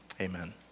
Amen